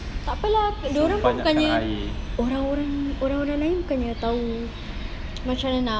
tak apa lah dia orang bukannya orang-orang orang-orang lain bukannya tahu macam mana nak